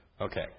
Okay